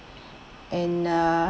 and uh